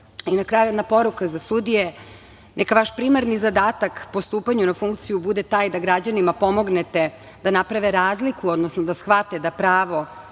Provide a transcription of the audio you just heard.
kraju, jedna poruka za sudije. Neka vaš primarni zadatak po stupanju na funkciju bude taj da građanima pomognete da naprave razliku, odnosno da shvate da pravo